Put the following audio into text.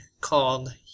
called